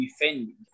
defending